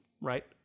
right